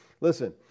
Listen